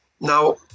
Now